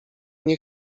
nie